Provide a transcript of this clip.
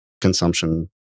consumption